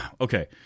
Okay